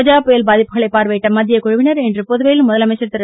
கஜா புயல் பாதிப்புகளை பார்வையிட்ட மத்திய குழுவினர் இன்று புதுவையில் முதலமைச்சர் திரு